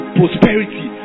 prosperity